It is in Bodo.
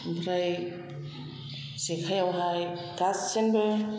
ओमफ्राय जेखाइयावहाय गासिननिबो